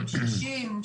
שישים,